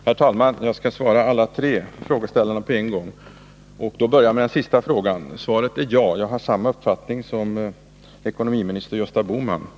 Herr talman! Jag skall svara alla tre frågeställarna på en gång, och jag börjar med den sista frågan. Svaret är ja, jag har samma uppfattning som ekonomiminister Gösta Bohman.